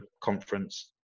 conference